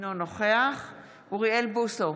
אינו נוכח אוריאל בוסו,